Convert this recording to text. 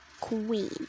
queen